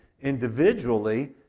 individually